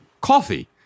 coffee